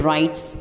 Rights